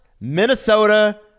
Minnesota